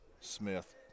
Smith